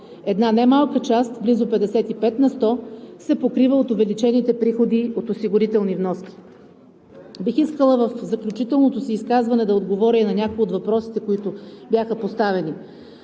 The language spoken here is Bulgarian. Една немалка част, близо 55 на сто, се покрива от увеличените приходи от осигурителни вноски. Бих искала в заключителното си изказване да отговоря и на някои от въпросите, които бяха поставени.